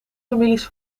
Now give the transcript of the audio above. families